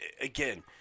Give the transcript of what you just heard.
again